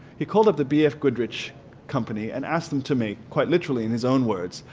he called up the b f. goodrich company and asked them to make quite literally in his own words,